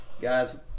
Guys